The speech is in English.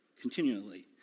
continually